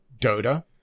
Dota